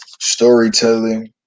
storytelling